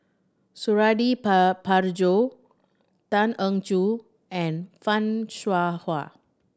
Suradi Parjo Tan Eng Joo and Fan Shao Hua